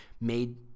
made